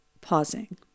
pausing